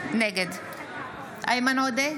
נגד איימן עודה,